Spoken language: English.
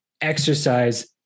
exercise